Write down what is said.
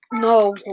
No